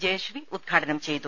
ജയശ്രീ ഉദ്ഘാടനം ചെയ്തു